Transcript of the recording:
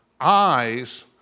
eyes